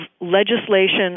legislation